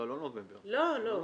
למה?